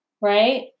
right